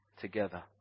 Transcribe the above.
together